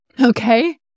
Okay